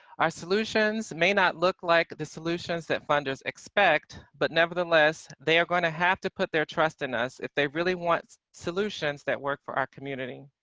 our solutions may not look like the solutions our funders expect, but nevertheless they are going to have to put their trust in us if they really want solutions that work for our community.